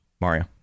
Mario